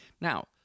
Now